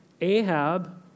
Ahab